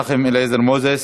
חבר הכנסת מנחם אליעזר מוזס?